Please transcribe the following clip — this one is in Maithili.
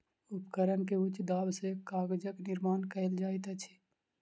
उपकरण के उच्च दाब सॅ कागजक निर्माण कयल जाइत अछि